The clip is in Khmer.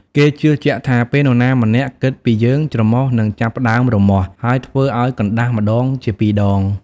គេជឿជាក់ថា ពេលនរណាម្នាក់គិតពីយើង ច្រមុះនឹងចាប់ផ្ដើមរមាស់ ហើយធ្វើឱ្យកណ្តាស់ម្តងជាពីរដង។